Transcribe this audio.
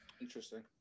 Interesting